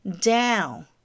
Down